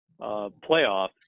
playoff